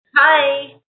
Hi